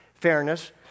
fairness